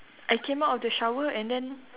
I came out of the shower and then